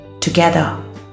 Together